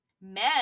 men